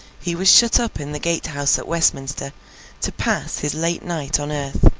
he was shut up in the gate house at westminster to pass his late night on earth,